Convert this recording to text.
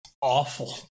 awful